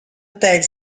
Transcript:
hotel